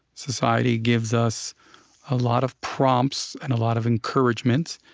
society gives us a lot of prompts and a lot of encouragements